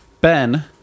Ben